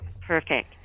Perfect